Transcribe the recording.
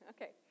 Okay